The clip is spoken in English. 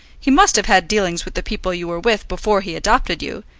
he must have had dealings with the people you were with before he adopted you.